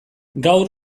gaur